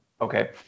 Okay